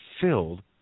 filled